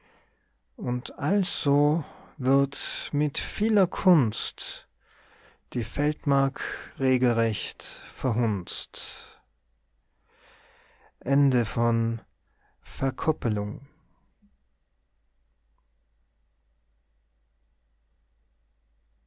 und also wird mit vieler kunst die feldmark regelrecht verhunzt